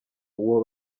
uwo